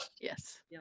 Yes